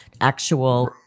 actual